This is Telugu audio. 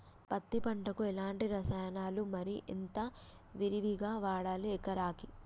పత్తి పంటకు ఎలాంటి రసాయనాలు మరి ఎంత విరివిగా వాడాలి ఎకరాకి?